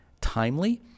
timely